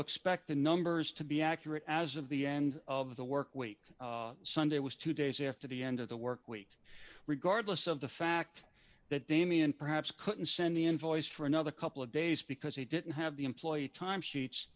expect the numbers to be accurate as of the end of the work week sunday was two days after the end of the work week regardless of the fact that damian perhaps couldn't send the invoice for another couple of days because he didn't have the employee time sheets